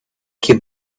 came